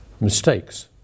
mistakes